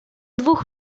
dwóch